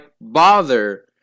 bother